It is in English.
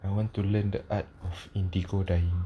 I want to learn the art of indigo dye